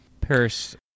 Paris